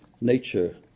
nature